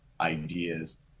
ideas